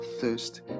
thirst